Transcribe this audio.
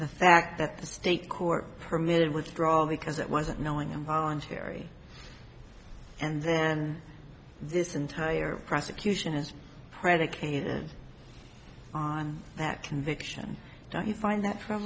the fact that the state court permitted withdrawal because it wasn't knowing involuntary and then this entire prosecution is predicated on that conviction do you find that